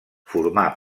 formà